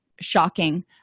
shocking